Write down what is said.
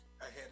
ahead